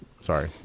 Sorry